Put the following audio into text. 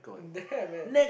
there man